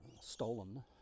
stolen